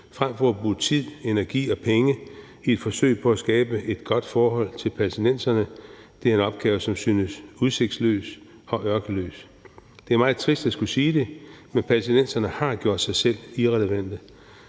frem for at de skulle bruge tid, energi og penge i et forsøg på at skabe et godt forhold til palæstinenserne. Det er en opgave, som synes udsigtsløs og ørkesløs. Det er meget trist at skulle sige det, men palæstinenserne har gjort sig selv irrelevante.